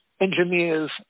Engineers